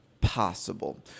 possible